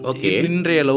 Okay